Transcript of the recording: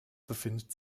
befindet